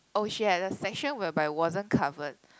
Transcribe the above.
oh she had the section whereby wasn't covered